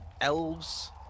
elves